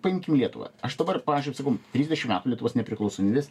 paimkim lietuvą aš dabar pavyzdžiui sakau trisdešim metų lietuvos nepriklausomybės